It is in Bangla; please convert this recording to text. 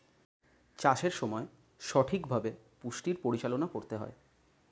চাষের সময় সঠিকভাবে পুষ্টির পরিচালনা করতে হয়